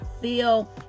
feel